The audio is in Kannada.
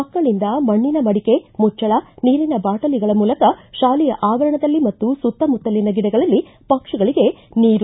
ಮಕ್ಕಳಂದ ಮಣ್ಣಿನ ಮಡಿಕೆ ಮುಚ್ಚಳ ನೀರಿನ ಬಾಟಲಿಗಳ ಮೂಲಕ ಶಾಲೆಯ ಆವರಣದಲ್ಲಿ ಮತ್ತು ಸುತ್ತಮುತ್ತಲಿನ ಗಿಡಗಳಲ್ಲಿ ಪಕ್ಷಿಗಳಿಗೆ ನೀರು